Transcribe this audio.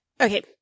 okay